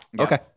Okay